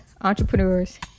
entrepreneurs